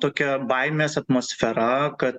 tokia baimės atmosfera kad